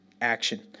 action